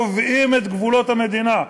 הם קובעים את גבולות המדינה,